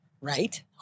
Right